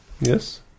Yes